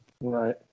Right